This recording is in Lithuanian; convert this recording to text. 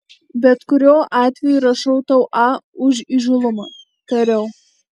bet kuriuo atveju rašau tau a už įžūlumą tariau